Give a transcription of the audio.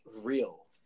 real